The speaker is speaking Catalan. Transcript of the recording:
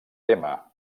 tema